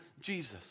Jesus